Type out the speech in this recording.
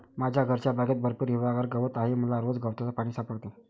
माझ्या घरच्या बागेत भरपूर हिरवागार गवत आहे मला रोज गवतात पाणी सापडते